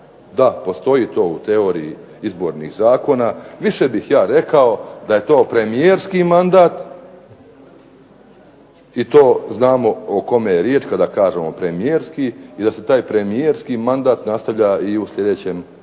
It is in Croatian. Da, postoji to u teoriji izbornih zakona, više bih ja rekao da je to premijerski mandat, i to znamo o kome je riječ kada kažemo premijerski, i da se taj premijerski mandat nastavlja i u sljedećem razdoblju,